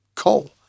Coal